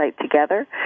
together